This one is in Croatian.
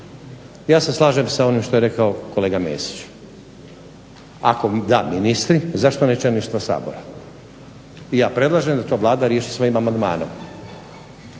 Ja se slažem s onim što je rekao kolega Mesić ako ako da ministri zašto ne čelništvo Sabora. Ja predlažem da to Vlada riješi svojim amandmanom.